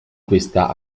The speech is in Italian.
questa